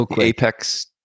Apex